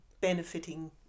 benefiting